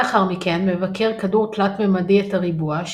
לאחר מכן מבקר כדור תלת־ממדי את הריבוע,